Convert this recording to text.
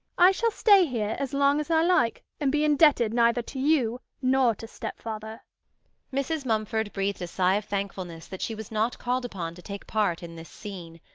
i shall stay here as long as i like, and be indebted neither to you nor to stepfather mrs. mumford breathed a sigh of thankfulness that she was not called upon to take part in this scene.